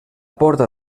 porta